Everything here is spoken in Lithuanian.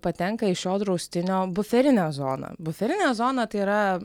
patenka į šio draustinio buferinę zoną buferinė zona tai yra